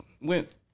Went